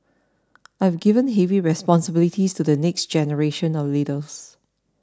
I have given heavy responsibilities to the next generation of leaders